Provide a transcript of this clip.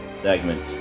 segment